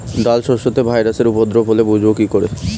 ডাল শস্যতে ভাইরাসের উপদ্রব হলে বুঝবো কি করে?